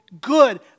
good